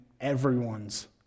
everyone's